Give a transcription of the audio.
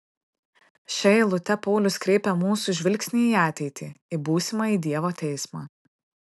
šia eilute paulius kreipia mūsų žvilgsnį į ateitį į būsimąjį dievo teismą